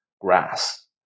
grass